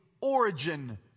origin